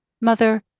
Mother